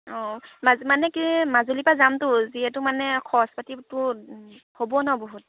অঁ মানে কি মাজুলীৰপৰা যামতো যিহেতু মানে খৰচ পাতিটো হ'ব ন বহুত